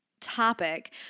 topic